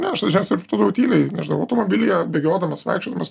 ne aš dažniausiai repetuodavau tyliai nežinau automobilyje bėgiodamas vaikščiodamas